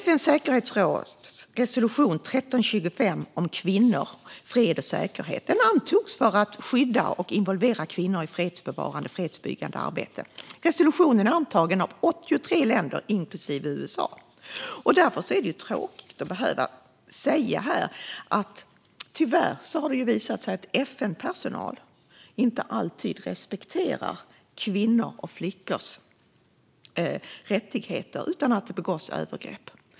FN:s säkerhetsråds resolution 1325 om kvinnor, fred och säkerhet antogs för att skydda och involvera kvinnor i fredsbevarande och fredsbyggande arbete. Resolutionen är antagen av 83 länder inklusive USA. Därför är det tråkigt att behöva säga att det tyvärr har visat sig att FN-personal inte alltid respekterar kvinnors och flickors rättigheter utan att det begås övergrepp.